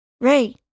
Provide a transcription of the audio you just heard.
Ray